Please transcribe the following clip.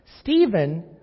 Stephen